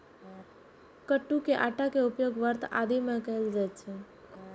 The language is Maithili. कट्टू के आटा के उपयोग व्रत आदि मे कैल जाइ छै